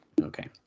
Okay